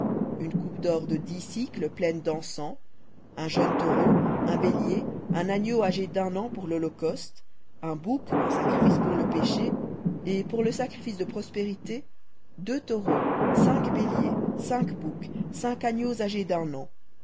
une coupe d'or de dix pleine dencens un jeune taureau un bélier un agneau âgé d'un an pour lholocauste un bouc en sacrifice pour le péché et pour le sacrifice de prospérités deux taureaux cinq béliers cinq boucs cinq agneaux âgés d'un an